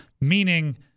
meaning –